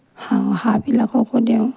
হাঁহ হাঁহবিলাককো দিওঁ